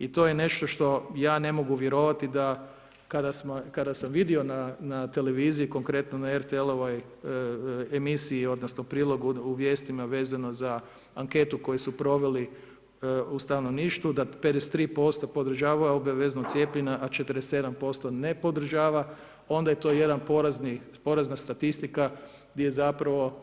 I to je nešto, što ja ne mogu vjerovati kada sam vidio na televiziji, konkretno na RTL-ovoj emisiji, odnosno prilogu u vijestima, vezano za anketu koju su proveli u stanovništvu, da 53% podržava obavezno cijepljenje, a 47% ne podržava, onda je to jedna porazna statistika gdje je zapravo